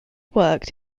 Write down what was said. worked